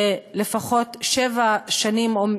שלפחות שבע שנים,